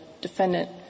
defendant